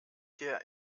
dir